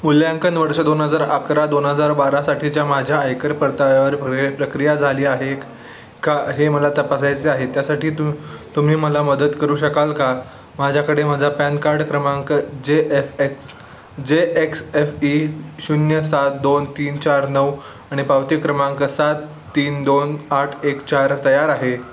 मूल्यांकन वर्ष दोन हजार अकरा दोन हजार बारासाठीच्या माझ्या आयकर परताव्यावर प्रय प्रक्रिया झाली आहे का हे मला तपासायचे आहे त्यासाठी तू तुम्ही मला मदत करू शकाल का माझ्याकडे माझा पॅन कार्ड क्रमांक जे एफ एक्स जे एक्स एफ ई शून्य सात दोन तीन चार नऊ आणि पावती क्रमांक सात तीन दोन आठ एक चार तयार आहे